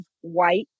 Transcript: white